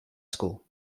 school